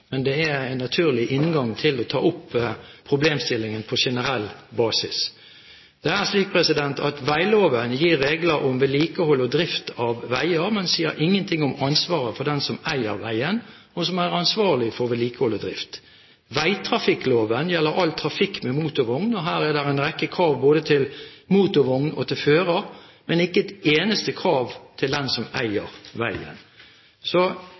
men det er en naturlig inngang til å ta opp problemstillingen på generell basis. Det er slik at veiloven gir regler om vedlikehold og drift av veier, men sier ingenting om ansvaret til den som eier veien, og som er ansvarlig for vedlikehold og drift. Vegtrafikkloven gjelder all trafikk med motorvogn, og her er det en rekke krav både til motorvogn og til fører, men ikke et eneste krav til den som eier veien.